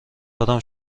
دارم